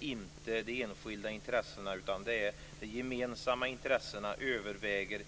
inte är de enskilda intressena, utan att de gemensamma intressena överväger.